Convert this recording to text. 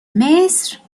مصر